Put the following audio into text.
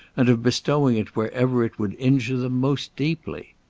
and of bestowing it wherever it would injure them most deeply.